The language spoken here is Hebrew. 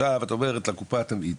עכשיו את אומרת לקופה תמעיטי,